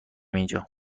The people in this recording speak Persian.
اینجا